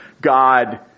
God